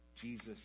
Jesus